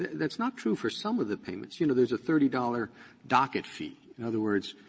that's not true for some of the payments. you know, there's a thirty dollars docket fee. in other words,